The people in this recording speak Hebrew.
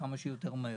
וכמה שיותר מהר.